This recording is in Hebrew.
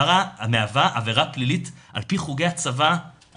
מהווה עבירה פלילית על פי החוק הצבאי.